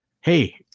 Hey